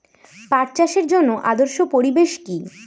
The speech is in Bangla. পাট চাষের জন্য আদর্শ পরিবেশ কি?